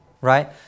Right